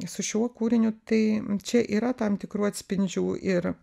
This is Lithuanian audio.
su šiuo kūriniu tai čia yra tam tikrų atspindžių ir